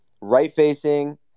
Right-facing